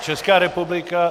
Česká republika...